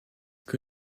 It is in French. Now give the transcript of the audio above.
que